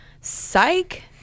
Psych